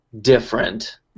different